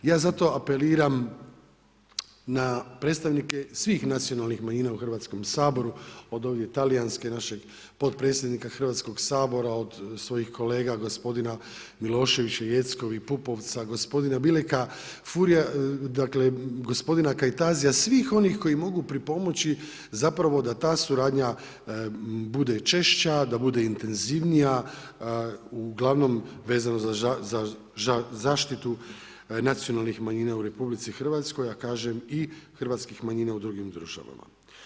Ja zato apeliram na predstavnike svih nacionalnih manjina u Hrvatskom saboru, od ovdje talijanske, našeg potpredsjednika Hrvatskog sabora, od svojih kolega gospodina Miloševića, Jeckov i Pupovca, gospodina Bileka, Furia, dakle, gospodina Kajtazija, svih onih koji mogu pripomoći zapravo, da ta suradnja bude češća, da bude intenzivnija, uglavnom vezano za zaštitu nacionalnih manjina u RH, a kažem i hrvatskih manjina u drugim državama.